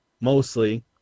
mostly